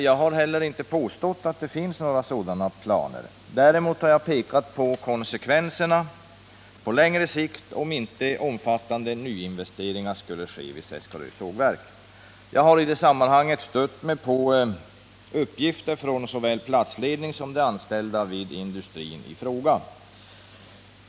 Jag har inte heller påstått att det finns sådana planer. Däremot har jag pekat på konsekvenserna på längre sikt om inte omfattande nyinvesteringar görs vid Seskarö sågverk. Jag har därvid stött mig på uppgifter från såväl platsledningen som de anställda vid industrin i fråga.